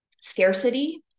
scarcity